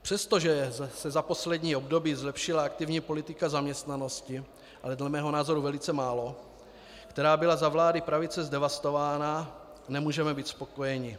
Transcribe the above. Přestože se za poslední období zlepšila aktivní politika zaměstnanosti ale dle mého názoru velice málo která byla za vlády pravice zdevastována, nemůžeme být spokojeni.